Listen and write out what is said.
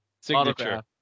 signature